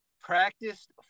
practiced